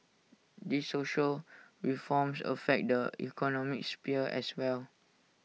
these social reforms affect the economic sphere as well